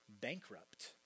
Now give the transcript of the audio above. bankrupt